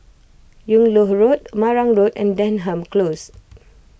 Yung Loh Road Marang Road and Denham Close